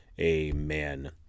Amen